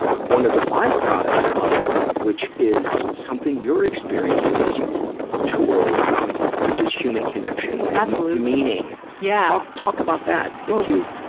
one of the byproducts of it, which is something you're experiencing as you tour around, which is human connection. absolutely. meaning. yeah talk, talk about that, if you,